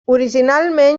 originalment